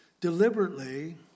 deliberately